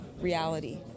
reality